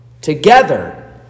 Together